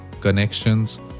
connections